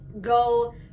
go